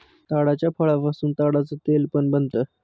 ताडाच्या फळापासून ताडाच तेल पण बनत